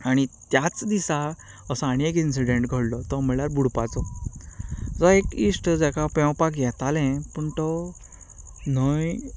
आनी त्याच दिसा असो आनी एक इंन्सीडंट घडलो तो म्हणल्यार बुडपाचो जो एक इश्ट जाका पेंवपाक येतालें पूण तो न्हंय